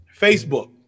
Facebook